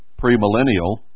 premillennial